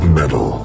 metal